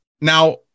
Now